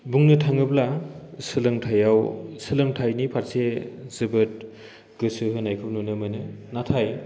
बुंनो थाङोब्ला सोलोंथायाव सोलोंथायनि फारसे जोबोद गोसो होनायखौ नुनो मोनो नाथाय